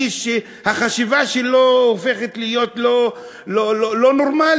איש שהחשיבה שלו הופכת לא נורמלית.